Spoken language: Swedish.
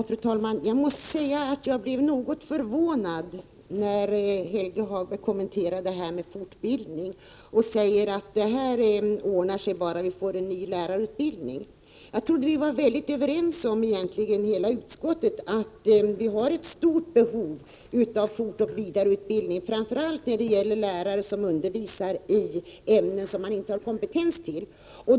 Fru talman! Jag måste säga att jag blev något förvånad när Helge Hagberg kommenterade detta med fortbildning och sade att det ordnar sig bara vi får en ny lärarutbildning. Jag trodde att vi i utskottet egentligen var helt överens om att det finns ett stort behov av fortoch vidareutbildning, framför allt när det gäller lärare som undervisar i ämnen som de inte har kompetens till.